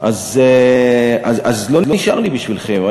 אז לא נשאר לי בשבילכם.